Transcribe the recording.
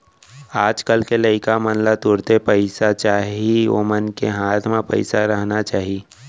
आज कल के लइका मन ला तुरते ताही पइसा चाही ओमन के हाथ म पइसा रहना चाही